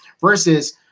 versus